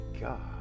God